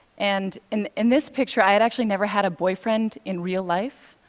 and in in this picture, i had actually never had a boyfriend in real life.